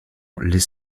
les